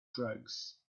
drugs